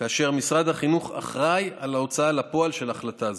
ומשרד החינוך אחראי להוצאה לפועל של החלטה זו.